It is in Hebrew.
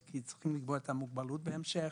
צריכים לקבוע את המוגבלות בהמשך.